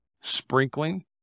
sprinkling